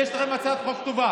יש לכם הצעת חוק טוב.